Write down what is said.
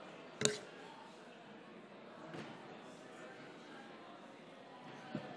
חברי הכנסת, להלן תוצאות